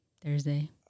Thursday